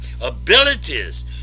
abilities